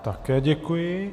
Také děkuji.